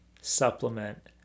supplement